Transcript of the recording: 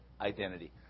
identity